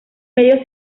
medio